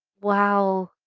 wow